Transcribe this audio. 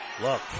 Look